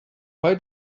why